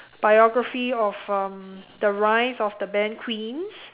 biography of um the rise of the band Queens